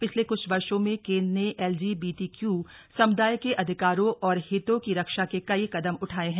पिछले कुछ वर्षो में केंद्र ने एलजीबीटीक्यू समुदाय के अधिकारों और हितों की रक्षा के कई कदम उठाए हैं